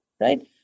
right